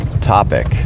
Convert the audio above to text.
topic